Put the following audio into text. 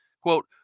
Quote